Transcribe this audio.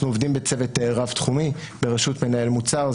אנחנו עובדים בצוות רב תחומי בראשות מנהל מוצר.